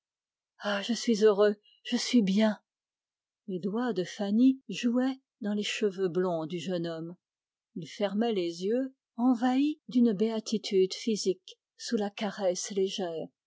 ah je suis heureux je suis bien les doigts de fanny jouaient dans les cheveux blonds du jeune homme il fermait les yeux envahi d'une béatitude physique sous la caresse légère